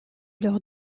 leurs